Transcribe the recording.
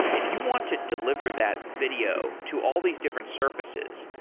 if you want to deliver that video to all these different surfaces,